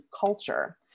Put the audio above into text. culture